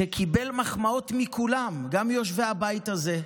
שקיבל מחמאות מכולם, גם מיושבי הבית הזה.